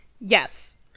Yes